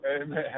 Amen